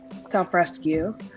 self-rescue